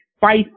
Fight